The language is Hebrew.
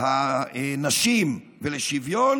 הנשים ולשוויון